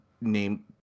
name